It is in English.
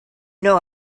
know